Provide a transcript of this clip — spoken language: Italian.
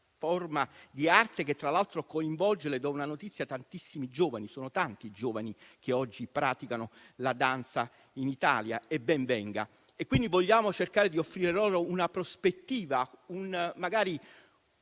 forma di arte, che tra l'altro coinvolge - le do una notizia - tantissimi giovani. Sono tanti i giovani che oggi praticano la danza in Italia, ben venga, e siccome vogliamo cercare di offrire loro una prospettiva, magari una